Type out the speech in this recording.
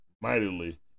mightily